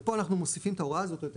ופה אנחנו מוסיפים את ההוראה הזאת או יותר